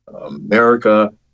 America